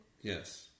Yes